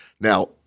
Now